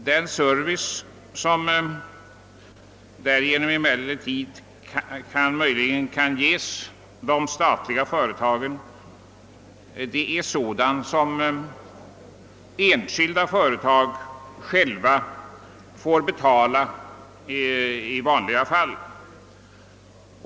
Den service som emellertid därigenom möjligen kan ges de statliga företagen är sådan som enskilda företag själva får betala i vanliga fall.